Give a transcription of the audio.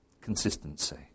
Consistency